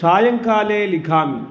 सायंकाले लिखामि